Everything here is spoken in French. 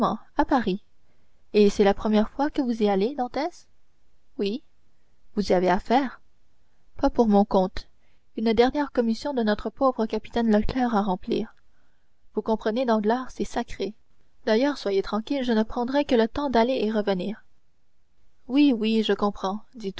à paris et c'est la première fois que vous y allez dantès oui vous y avez affaire pas pour mon compte une dernière commission de notre pauvre capitaine leclère à remplir vous comprenez danglars c'est sacré d'ailleurs soyez tranquille je ne prendrai que le temps d'aller et revenir oui oui je comprends